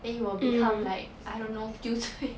then you will become like I don't know kiuzui